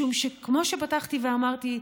שכמו שפתחתי ואמרתי,